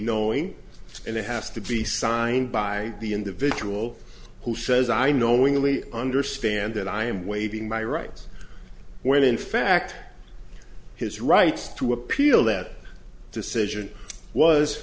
knowing and it has to be signed by the individual who says i knowingly understand that i am waiving my rights when in fact his rights to appeal that decision was